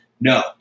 no